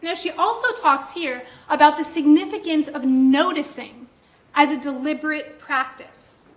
yeah she also talks here about the significance of noticing as a deliberate practice,